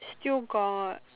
still got